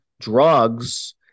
drugs